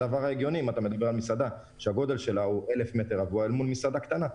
אם אתה מדבר על מסעדה שהגודל שלה הוא 1,000 מטר רבוע אל מול מסעדה קטנה.